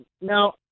Now